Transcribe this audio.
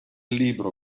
libro